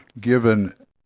given